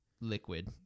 liquid